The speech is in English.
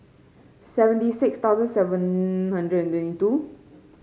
seventy six thousand seven hundred and twenty two